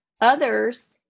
others